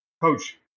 Coach